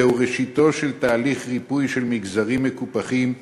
זהו ראשיתו של תהליך ריפוי של מגזרים מקופחים,